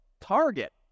Target